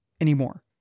anymore